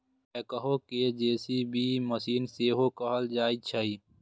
backhoe कें JCB machine सेहो कहल जाइ छै